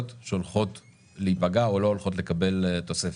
שהולכות להיפגע או לא הולכות לקבל תוספת,